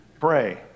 pray